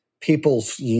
people's